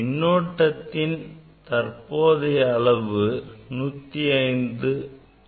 மின்னோட்டத்தின் தற்போதைய அளவு 105 ஆகும்